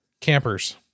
campers